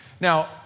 Now